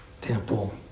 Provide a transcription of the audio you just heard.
temple